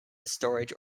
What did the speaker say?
storage